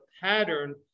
pattern